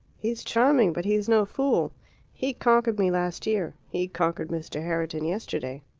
he's charming, but he's no fool he conquered me last year he conquered mr. herriton yesterday,